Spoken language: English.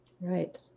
right